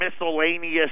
miscellaneous